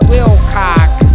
Wilcox